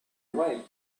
wife